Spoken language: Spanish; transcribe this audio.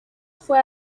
fue